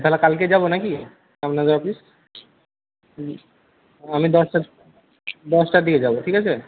তাহলে কালকে যাব নাকি আপনাদের অফিস আমি দশটা দশটার দিকে যাব ঠিক আছে